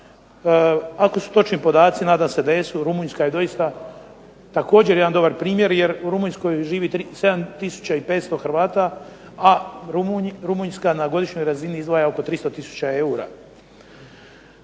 Ako su točni podaci, nadam se da jesu, Rumunjska je doista također jedan dobar primjer, jer u Rumunjskoj živi 7 tisuća i 500 Hrvata, a Rumunjska na godišnjoj razini izdvaja oko 300 tisuća eura.